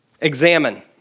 Examine